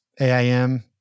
AIM